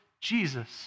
Jesus